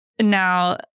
Now